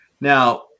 now